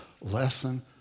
lesson